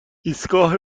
ایستگاه